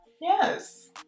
yes